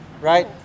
right